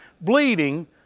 bleeding